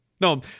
No